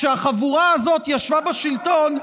כשהחבורה הזאת ישבה בשלטון,